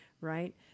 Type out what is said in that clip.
right